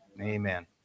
Amen